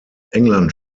england